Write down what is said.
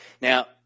Now